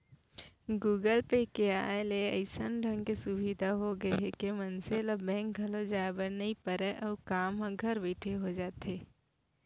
Google Pay के आय ले अइसन ढंग के सुभीता हो गए हे के मनसे ल बेंक घलौ जाए बर नइ परय अउ काम ह घर बइठे हो जाथे